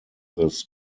this